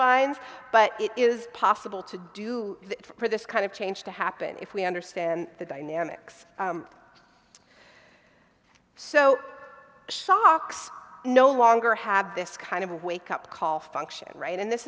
turbines but it is possible to do that for this kind of change to happen if we understand the dynamics so socks no longer have this kind of a wake up call function right and this